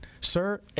sir